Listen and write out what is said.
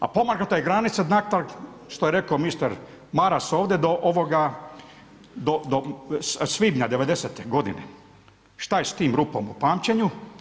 A pomaknuta je granica natrag, što je rekao mister Maras ovdje, do svibnja '90.g. šta je s tim rupom u pamćenju.